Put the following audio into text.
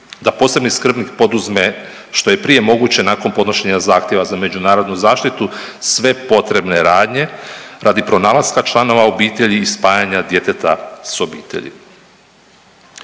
da posebni skrbnik poduzme što je prije moguće nakon podnošenja zahtjeva za međunarodnu zaštitu sve potrebne radnje radi pronalaska članova obitelji i spajanja djeteta s obitelji.